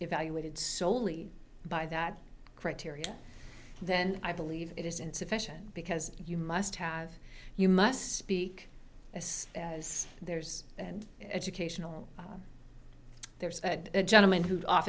evaluated soley by that criteria then i believe it is insufficient because you must have you must speak as as theirs and educational there's a gentleman who